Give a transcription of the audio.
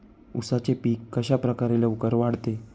उसाचे पीक कशाप्रकारे लवकर वाढते?